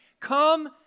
come